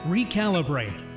Recalibrate